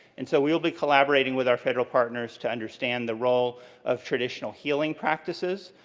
and so, we'll be collaborating with our federal partners to understand the role of traditional healing practices,